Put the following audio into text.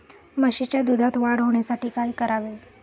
म्हशीच्या दुधात वाढ होण्यासाठी काय करावे?